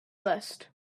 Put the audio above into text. list